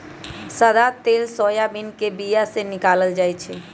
सदा तेल सोयाबीन के बीया से निकालल जाइ छै